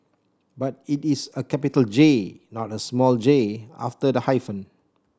but it is a capital J not a small J after the hyphen